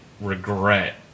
regret